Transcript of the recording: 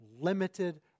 limited